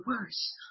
worse